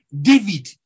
David